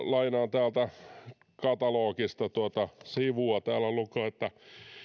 lainaan täältä katalogista tuota sivua täällä lukee